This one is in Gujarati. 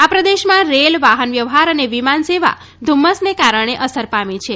આ પ્રદેશમાં રેલ વાહન વ્યવહાર અને વિમાન સેવા ધુમ્મસને કારણે અસર પામી છે